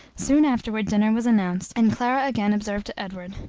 soon afterward dinner was announced, and clara again observed to edward,